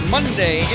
Monday